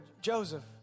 Joseph